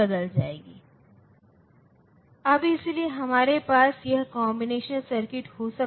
इसलिए इस संबंध में हमें यह हाई लॉजिक लेवल और लौ लॉजिक लेवल मिल गया है